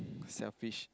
selfish